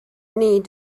need